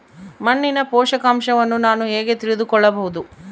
ಮಣ್ಣಿನ ಪೋಷಕಾಂಶವನ್ನು ನಾನು ಹೇಗೆ ತಿಳಿದುಕೊಳ್ಳಬಹುದು?